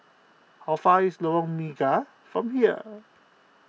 how far away is Lorong Mega from here